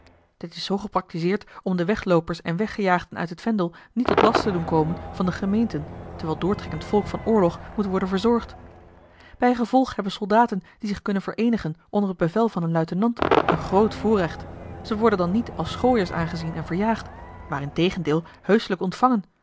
dit is zoo gepraktizeerd om de wegloopers en weggejaagden uit het vendel niet tot last te doen komen van de gemeenten terwijl doortrekkend volk van oorlog moet worden verzorgd bijgevolg hebben soldaten die zich kunnen vereenigen onder t bevel van een luitenant een groot voorrecht ze worden dan niet als schooiers aangezien en verjaagd maar integendeel heuschelijk ontvangen